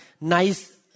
nice